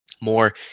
more